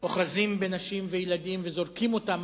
אוחזים בנשים וילדים וזורקים אותם,